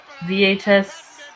VHS